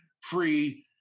free